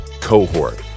cohort